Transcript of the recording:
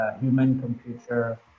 Human-computer